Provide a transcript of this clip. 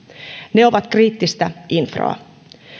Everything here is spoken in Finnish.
ne ovat kriittistä infraa